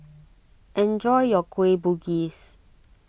enjoy your Kueh Bugis